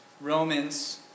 Romans